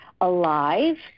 alive